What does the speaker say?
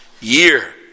year